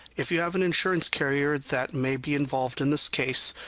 if you have an insurance carrier that may be involved in this case,